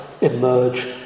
Emerge